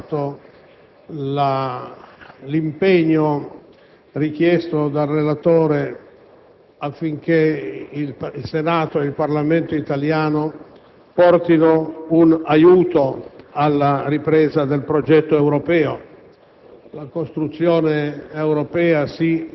Ho particolarmente apprezzato l'impegno richiesto dal relatore affinché il Senato e il Parlamento italiano portino un aiuto alla ripresa del progetto europeo.